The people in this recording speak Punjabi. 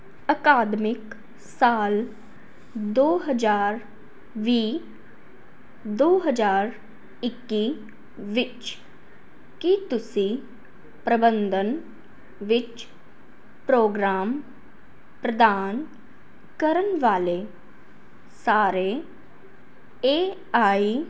ਅਕਾਦਮਿਕ ਸਾਲ ਦੋ ਹਜ਼ਾਰ ਵੀਹ ਦੋ ਹਜ਼ਾਰ ਇੱਕੀ ਵਿੱਚ ਕੀ ਤੁਸੀਂ ਪ੍ਰਬੰਧਨ ਵਿੱਚ ਪ੍ਰੋਗਰਾਮ ਪ੍ਰਧਾਨ ਕਰਨ ਵਾਲੇ ਸਾਰੇ ਏ ਆਈ